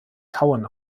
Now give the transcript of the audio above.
kauen